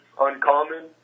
uncommon